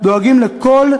דואגים לכל,